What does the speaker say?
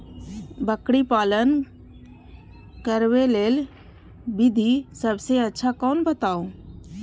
बकरी पालन करबाक लेल विधि सबसँ अच्छा कोन बताउ?